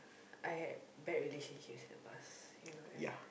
I had bad relationships in the past you know that